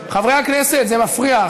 חברי הכנסת, זה מפריע.